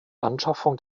anschaffung